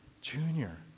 Junior